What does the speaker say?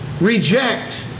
reject